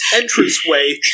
entranceway